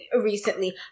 recently